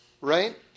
right